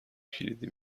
کلیدی